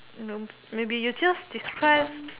no maybe you just describe